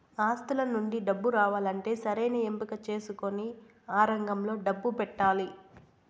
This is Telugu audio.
ఆస్తుల నుండి డబ్బు రావాలంటే సరైన ఎంపిక చేసుకొని ఆ రంగంలో డబ్బు పెట్టాలి